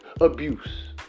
abuse